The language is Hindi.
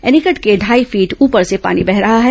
एनीकट के ढाई फीट ऊपर से पानी बह रहा है